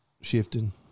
shifting